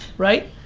right?